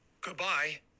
goodbye